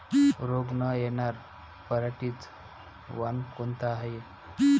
रोग न येनार पराटीचं वान कोनतं हाये?